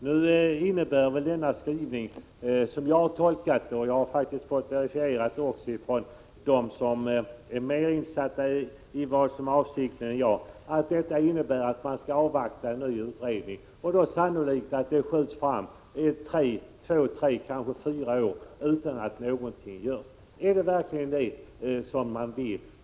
Den nu aktuella skrivningen innebär som jag har tolkat den — jag har faktiskt fått det verifierat av dem som är mer insatta i vad som är avsikten än vad jag är — att man skall avvakta en ny utredning. Då är det sannolikt att frågan skjuts fram två tre kanske fyra år utan att någonting görs. Är det verkligen det man vill?